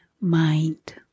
mind